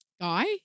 guy